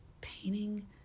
painting